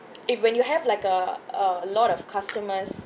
if when you have like a a lot of customers